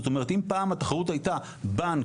זאת אומרת שאם פעם התחרות הייתה בנק,